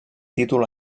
títol